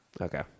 Okay